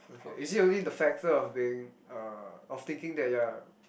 okay is it only the factor of being uh of thinking that you are